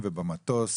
ובמטוס